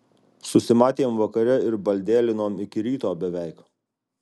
susimatėm vakare ir baldėlinom iki ryto beveik